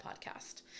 podcast